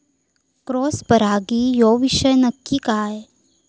Cross परागी ह्यो विषय नक्की काय?